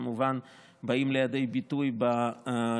וכמובן באים לידי ביטוי בהתייקרות.